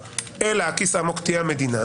אלא הכיס העמוק תהיה המדינה.